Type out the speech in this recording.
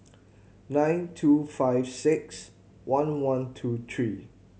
nine two five six one one two three